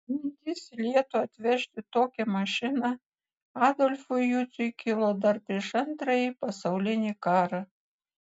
mintis į lietuvą atvežti tokią mašiną adolfui juciui kilo dar prieš antrąjį pasaulinį karą